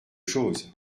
chose